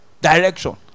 direction